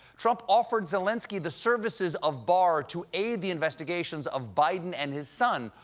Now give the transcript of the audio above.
trump offered zelensky the services of barr to aid the investigations of biden and his son,